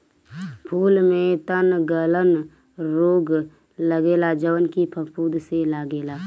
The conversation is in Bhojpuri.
फूल में तनगलन रोग लगेला जवन की फफूंद से लागेला